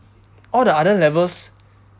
all the other levels